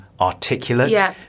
articulate